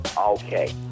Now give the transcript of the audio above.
Okay